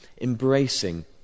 embracing